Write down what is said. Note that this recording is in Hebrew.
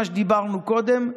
כמו שאמרנו קודם,